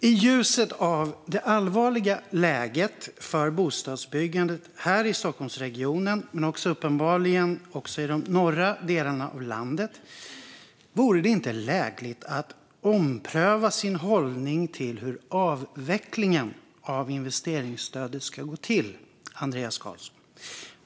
I ljuset av det allvarliga läget för bostadsbyggandet här i Stockholmsregionen, men uppenbarligen också i de norra delarna av landet, vore det inte lägligt att ompröva sin hållning till hur avvecklingen av investeringsstödet ska gå till, Andreas Carlson?